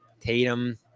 Tatum